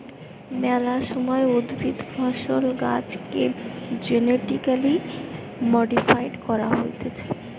মেলা সময় উদ্ভিদ, ফসল, গাছেকে জেনেটিক্যালি মডিফাইড করা হতিছে